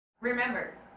Remember